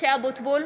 משה אבוטבול,